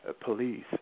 police